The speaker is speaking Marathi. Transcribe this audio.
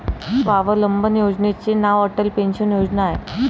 स्वावलंबन योजनेचे नाव अटल पेन्शन योजना आहे